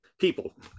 people